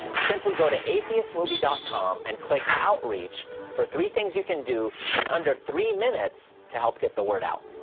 simply go to atheistmovie dot com and click outreach for three things you can do in under three minutes to help get the word out.